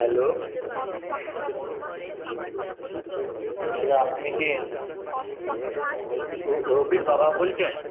hello hello আপনি কি ও অভির বাবা বলছেন